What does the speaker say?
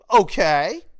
Okay